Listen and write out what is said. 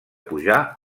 pujar